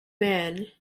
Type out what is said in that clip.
man